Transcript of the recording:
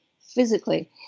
physically